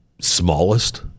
smallest